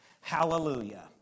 Hallelujah